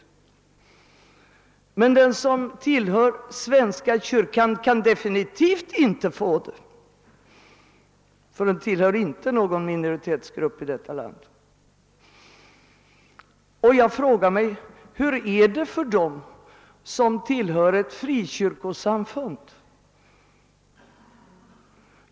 Men den som tillhör svenska kyrkan kan definitivt inte få det, ty han eller hon tillhör inte någon minoritetsgrupp här i landet. Och hur är det för dem som tillhör ett frikyrkosamfund?